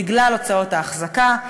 בגלל הוצאות האחזקה,